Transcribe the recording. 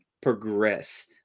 progress